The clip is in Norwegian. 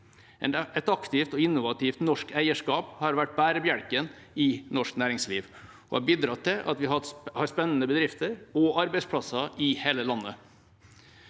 Et aktivt og innovativt norsk eierskap har vært bærebjelken i norsk næringsliv og har bidratt til at vi har spennende bedrifter og arbeidsplasser i hele landet.